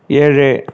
ஏழு